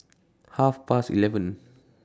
Half Past eleven